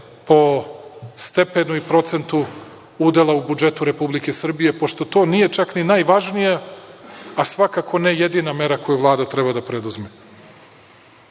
po stepenu i procentu udela u budžetu Republike Srbije pošto to nije čak ni najvažnija, a svakako ne jedina mera koju Vlada treba da preduzme. Ključni